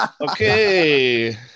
Okay